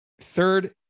third